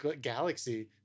galaxy